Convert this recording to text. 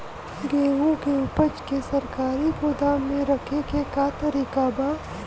गेहूँ के ऊपज के सरकारी गोदाम मे रखे के का तरीका बा?